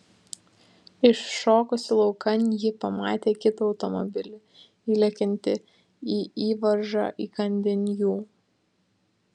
iššokusi laukan ji pamatė kitą automobilį įlekiantį į įvažą įkandin jų